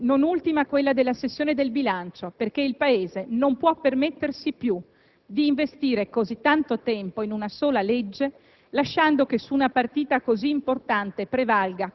Mettiamoci, dunque, subito al lavoro per fare le riforme, non ultima quella della sessione di bilancio, perché il Paese non può premettersi più di investire così tanto tempo in una sola legge,